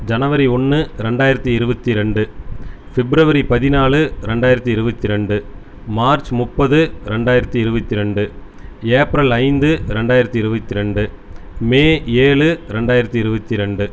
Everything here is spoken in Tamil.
ஜனவரி ஒன்று ரெண்டாயிரத்தி இருபத்தி ரெண்டு ஃபிப்ரவரி பதினாலு ரெண்டாயிரத்தி இருபத்தி ரெண்டு மார்ச் முப்பது ரெண்டாயிரத்தி இருபத்தி ரெண்டு ஏப்ரல் ஐந்து ரெண்டாயிரத்தி இருபத்தி ரெண்டு மே ஏழு ரெண்டாயிரத்தி இருபத்தி ரெண்டு